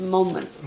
Moment